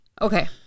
Okay